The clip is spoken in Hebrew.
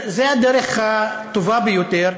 זו הדרך הטובה ביותר.